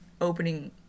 opening